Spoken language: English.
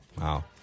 Wow